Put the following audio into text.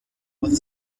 with